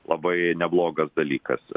labai neblogas dalykas